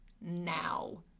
now